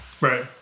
Right